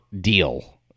deal